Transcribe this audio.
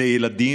תודה רבה